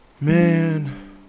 Man